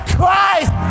Christ